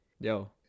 Yo